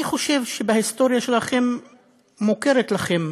אני חושב שבהיסטוריה שלכם מוכרת לכם